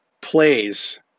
plays